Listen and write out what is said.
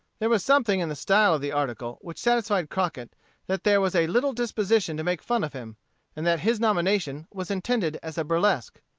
there was something in the style of the article which satisfied crockett that there was a little disposition to make fun of him and that his nomination was intended as a burlesque.